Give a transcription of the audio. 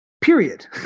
period